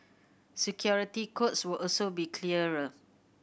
security codes will also be clearer